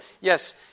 yes